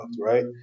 Right